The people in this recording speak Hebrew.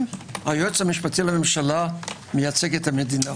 היועץ המשפטי לממשלה מייצג את המדינה.